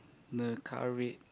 the car red